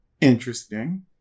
interesting